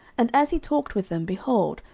and as he talked with them, behold,